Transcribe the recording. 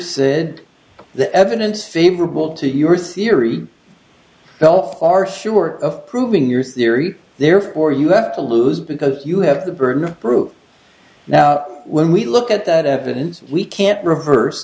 said the evidence favorable to your theory fell far short of proving your theory therefore you have to lose because you have the burden of proof now when we look at that evidence we can't reverse